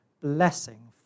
blessing